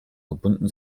gebunden